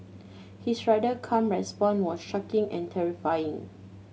his rather calm response was shocking and terrifying